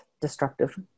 destructive